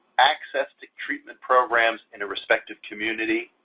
access to treatment programs in a respective community.